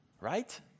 right